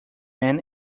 man